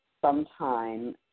sometime